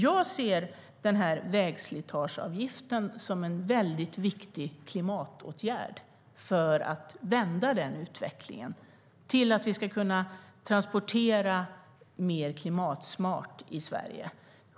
Jag ser vägslitageavgiften som en väldigt viktig klimatåtgärd för att vända utvecklingen så att vi kan transportera mer klimatsmart i Sverige.